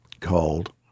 called